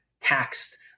taxed